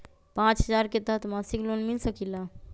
पाँच हजार के तहत मासिक लोन मिल सकील?